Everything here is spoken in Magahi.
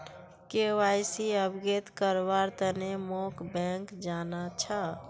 के.वाई.सी अवगत करव्वार तने मोक बैंक जाना छ